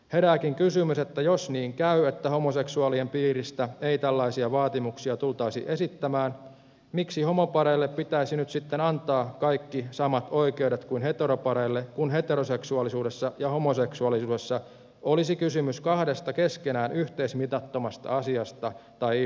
herääkin kysymys jos niin käy että homoseksuaalien piiristä ei tällaisia vaatimuksia tultaisi esittämään miksi homopareille pitäisi nyt sitten antaa kaikki samat oikeudet kuin heteropareille kun heteroseksuaalisuudessa ja homoseksuaalisuudessa olisi kysymys kahdesta keskenään yhteismitattomasta asiasta tai ilmiöstä